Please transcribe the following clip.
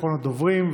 אחרון הדוברים,